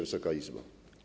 Wysoka Izbo!